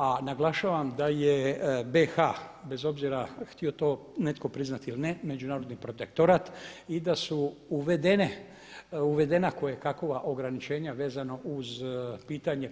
A naglašavam da je BiH-a bez obzira htio to netko priznati ili ne međunarodni protektorat i da su uvedena koje kakva ograničenja vezano uz pitanje